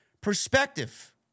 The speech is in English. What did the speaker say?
perspective